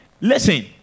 Listen